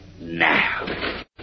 Now